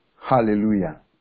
Hallelujah